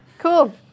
Cool